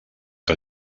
que